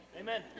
Amen